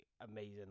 amazing